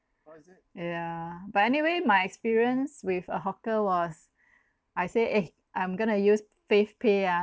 yeah but anyway my experience with a hawker was I say eh I'm going to use favepay ah